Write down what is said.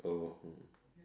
oh hmm